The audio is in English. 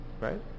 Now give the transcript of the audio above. right